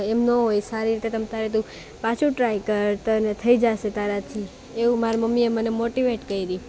એમ ન હોય સારી રીતે તમતારે તું પાછું ટ્રાય કર તને થઈ જશે તારાથી એવું મારી મમ્મીએ મને મોટીવેટ કરી